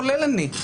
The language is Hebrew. כולל אותי.